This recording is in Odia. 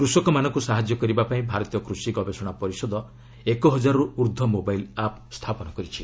କୃଷକମାନଙ୍କୁ ସାହାଯ୍ୟ କରିବା ପାଇଁ ଭାରତୀୟ କୃଷି ଗବେଷଣା ପରିଷଦ ଏକ ହଜାରରୁ ଊର୍ଦ୍ଧ୍ୱ ମୋବାଇଲ୍ ଆପ୍ ସ୍ଥାପନ କରିଛି